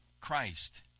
Christ